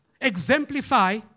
exemplify